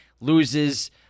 Loses